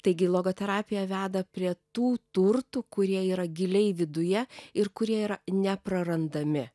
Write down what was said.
taigi logoterapija veda prie tų turtų kurie yra giliai viduje ir kurie yra neprarandami